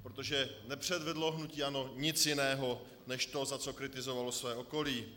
Protože nepředvedlo hnutí ANO nic jiného než to, za co kritizovalo své okolí.